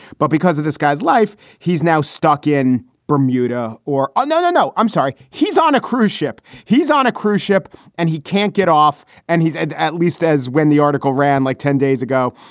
but because of this guy's life, he's now stuck in bermuda or another. no, i'm sorry. he's on a cruise ship. he's on a cruise ship and he can't get off. and he's at at least as when the article ran like ten days ago.